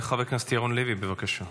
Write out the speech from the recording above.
חבר הכנסת ירון לוי, בבקשה.